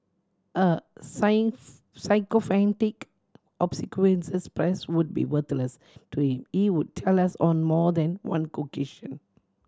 a sycophantic obsequious press would be worthless to him he would tell us on more than one occasion